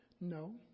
No